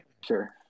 Sure